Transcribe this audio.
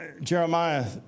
Jeremiah